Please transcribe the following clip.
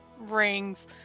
rings